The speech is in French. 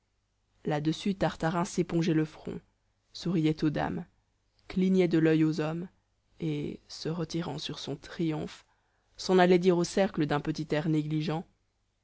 là-dessus tartarin s'épongeait le front souriait aux dames clignait de l'oeil aux hommes et se retirant sur son triomphe s'en allait dire au cercle d'un petit air négligent